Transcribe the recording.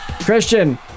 Christian